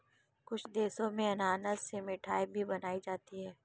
कुछ देशों में अनानास से मिठाई भी बनाई जाती है